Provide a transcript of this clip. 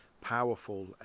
powerful